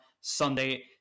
Sunday